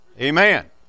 Amen